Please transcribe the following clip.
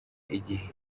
igihe